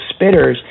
spitters